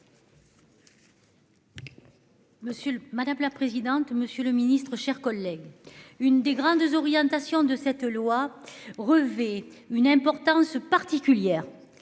madame la présidente, monsieur le Ministre, chers collègues, une des grandes orientations de cette loi revêt une importance particulière,